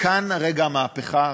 כאן רגע המהפכה,